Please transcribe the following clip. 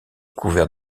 couvert